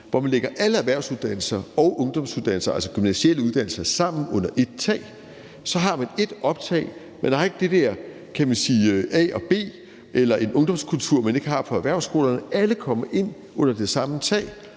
hvor man lægger alle erhvervsuddannelser og ungdomsuddannelser, altså gymnasiale uddannelser, sammen under ét tag, og så har man ét optag. Man har ikke de der med A- og B-hold, kan man sige, eller en ungdomskultur, man ikke har på erhvervsskolerne. Alle kommer ind under det samme tag;